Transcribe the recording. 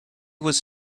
was